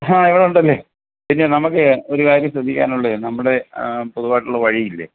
ഹാ ഇവിടെ ഉണ്ടല്ലേ പിന്നേ നമുക്കേ ഒരു കാര്യം ശ്രദ്ധിക്കാനുള്ളതേ നമ്മുടെ പൊതുവായിട്ടുള്ള വഴിയില്ലേ